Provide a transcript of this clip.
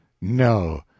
No